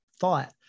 thought